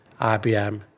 IBM